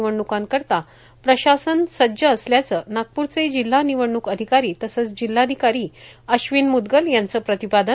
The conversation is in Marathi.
निवडणूकांकरिता प्रशासन सज्ज असल्याचं नागपूरचे जिल्हा निवडणूक अधिकारी तसंच जिल्हाधिकारी अश्विन म्दगल यांच प्रतिपादन